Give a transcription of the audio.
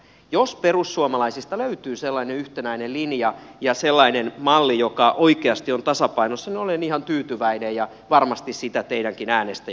jos perussuomalaisista löytyy sellainen yhtenäinen linja ja sellainen malli joka oikeasti on tasapainossa niin olen ihan tyytyväinen ja varmasti sitä teidänkin äänestäjänne toivovat